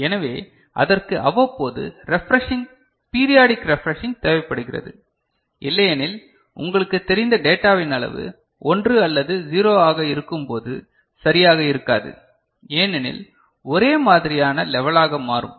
எனவே அதற்கு அவ்வப்போது ரெஃப்ரஷிங் பீரியாடிக் ரெஃப்ரஷிங் தேவைப்படுகிறது இல்லையெனில் உங்களுக்குத் தெரிந்த டேட்டாவின் அளவு 1 அல்லது 0 ஆக இருக்கும்போது சரியாக இருக்காது ஏனெனில் ஒரே மாதிரியான லெவலாக மாறும்